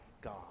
God